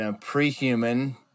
pre-human